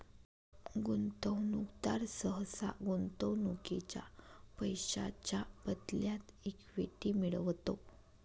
गुंतवणूकदार सहसा गुंतवणुकीच्या पैशांच्या बदल्यात इक्विटी मिळवतो